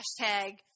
hashtag